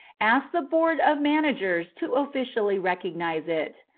asked the board of managers to officially recognize it.